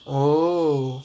oh